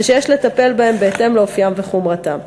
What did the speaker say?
ויש לטפל בהם בהתאם לאופיים וחומרתם.